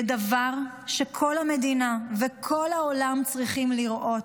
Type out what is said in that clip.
זה דבר שכל המדינה וכל העולם צריכים לראות.